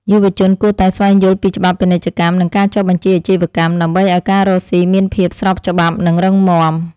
យុវជនគួរតែស្វែងយល់ពីច្បាប់ពាណិជ្ជកម្មនិងការចុះបញ្ជីអាជីវកម្ម ដើម្បីឱ្យការរកស៊ីមានភាពស្របច្បាប់និងរឹងមាំ។